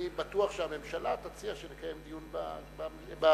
אני בטוח שהממשלה תציע שנקיים דיון בוועדה.